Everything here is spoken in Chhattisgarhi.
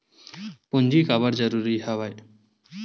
पूंजी काबर जरूरी हवय?